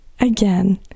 again